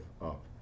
up